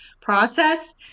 process